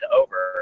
over